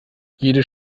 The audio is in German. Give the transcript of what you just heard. jede